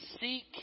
Seek